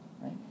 right